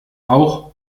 auch